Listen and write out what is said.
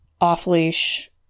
off-leash